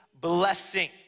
blessing